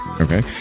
Okay